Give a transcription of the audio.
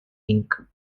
link